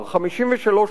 '53 שנים',